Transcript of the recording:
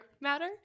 matter